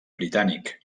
britànic